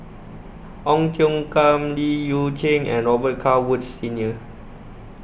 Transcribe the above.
Ong Tiong Khiam Li Yu Cheng and Robet Carr Woods Senior